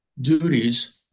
duties